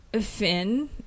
Finn